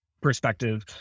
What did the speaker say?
perspective